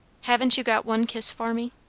haven't you got one kiss for me?